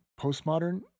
postmodern